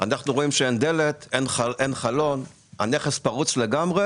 אנחנו רואים שאין דלת, אין חלון, הנכס פרוץ לגמרי.